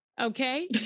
okay